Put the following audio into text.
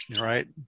right